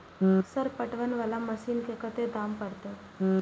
Sir पटवन वाला machine के कतेक दाम परतें?